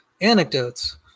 anecdotes